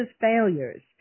failures